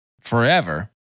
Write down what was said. forever